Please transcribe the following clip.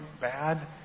bad